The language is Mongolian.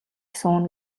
сууна